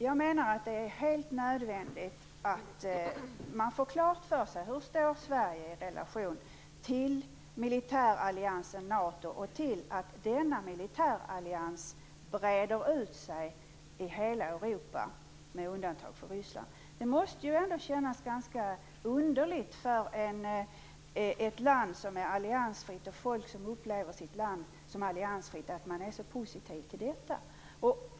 Jag menar att det är helt nödvändigt att man får klart för sig hur Sverige står i relation till militäralliansen NATO och till att denna militärallians breder ut sig i hela Europa med undantag för Ryssland. Det måste ju ändå kännas ganska underligt för folk som upplever sitt land som alliansfritt att man är så positiv till detta.